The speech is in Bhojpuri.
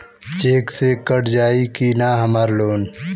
चेक से कट जाई की ना हमार लोन?